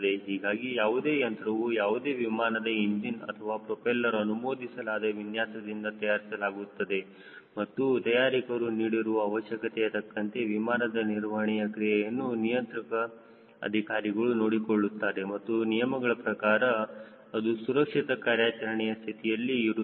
ಹೀಗಾಗಿ ಯಾವುದೇ ಯಂತ್ರವು ಯಾವುದೇ ವಿಮಾನದ ಇಂಜಿನ್ ಅಥವಾ ಪ್ರೊಪೆಲ್ಲರ್ ಅನುಮೋದಿಸಲಾದ ವಿನ್ಯಾಸದಿಂದ ತಯಾರಿಸಲಾಗುತ್ತದೆ ಮತ್ತು ತಯಾರಕರು ನೀಡಿರುವ ಅವಶ್ಯಕತೆಯತಕ್ಕಂತೆ ವಿಮಾನದ ನಿರ್ವಹಣೆಯ ಕ್ರಿಯೆಯನ್ನು ನಿಯಂತ್ರಕ ಅಧಿಕಾರಿಗಳು ನೋಡಿಕೊಳ್ಳುತ್ತಾರೆ ಮತ್ತು ನಿಯಮಗಳ ಪ್ರಕಾರ ಅದು ಸುರಕ್ಷಿತ ಕಾರ್ಯಾಚರಣೆಯ ಸ್ಥಿತಿಯಲ್ಲಿ ಇರುತ್ತದೆ